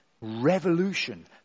revolution